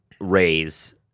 raise